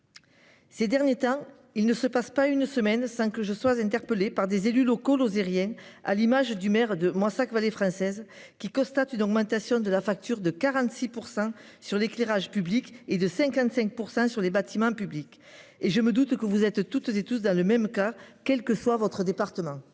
Ces derniers temps il ne se passe pas une semaine sans que je sois interpellé par des élus locaux l'rien à l'image du maire de Moissac française qui constate une augmentation de la facture de 46% sur l'éclairage public et de 55% sur des bâtiments publics et je me doute que vous êtes toutes et tous dans le même cas, quel que soit votre département.